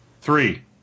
three